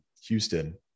Houston